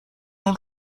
اون